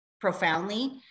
profoundly